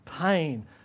pain